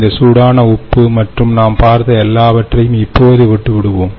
இந்த சூடான உப்பு மற்றும் நாம் பார்த்த எல்லாவற்றையும் இப்போது விட்டு விடுவோம்